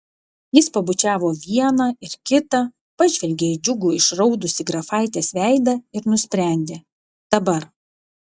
jis pabučiavo vieną ir kitą pažvelgė į džiugų išraudusį grafaitės veidą ir nusprendė dabar